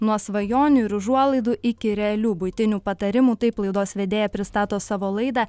nuo svajonių ir užuolaidų iki realių buitinių patarimų taip laidos vedėja pristato savo laidą